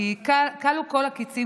כי כבר כלו כל הקיצין.